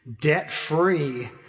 debt-free